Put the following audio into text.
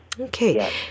Okay